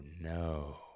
no